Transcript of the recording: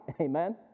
amen